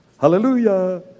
Hallelujah